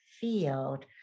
field